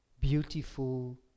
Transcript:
beautiful